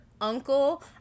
uncle